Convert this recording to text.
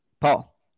Paul